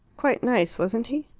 quite nice, wasn't he?